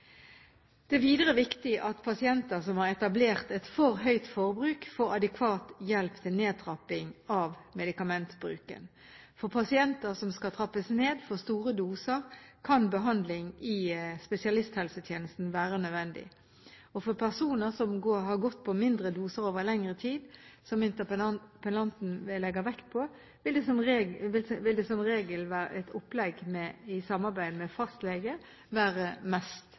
Det er videre viktig at pasienter som har etablert et for høyt forbruk, får adekvat hjelp til nedtrapping av medikamentbruken. For pasienter som skal trappes ned fra store doser, kan behandling i spesialisthelsetjenesten være nødvendig. For personer som har gått på mindre doser over lengre tid, som interpellanten legger vekt på, vil som regel et opplegg i samarbeid med fastlege være mest